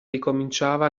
ricominciava